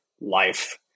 life